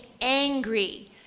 angry